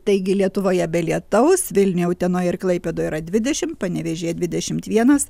taigi lietuvoje be lietaus vilniuje utenoje ir klaipėdoje yra dvidešim panevėžyje dvidešim vienas